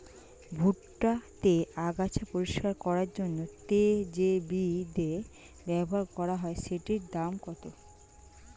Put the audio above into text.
ভুট্টা তে আগাছা পরিষ্কার করার জন্য তে যে বিদে ব্যবহার করা হয় সেটির দাম কত?